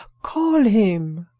call him.